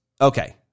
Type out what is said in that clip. okay